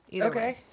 Okay